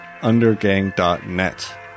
undergang.net